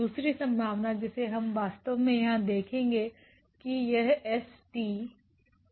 दूसरी संभावना जिसे हम वास्तव में यहाँ देखेंगे कि यहs t